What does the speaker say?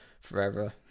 forever